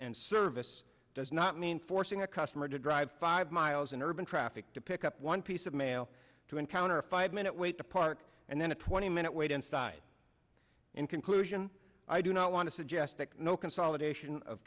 and service does not mean forcing a customer to drive five miles in urban traffic to pick up one piece of mail to encounter a five minute wait to park and then a twenty minute wait inside in conclusion i do not want to suggest that no consolidation of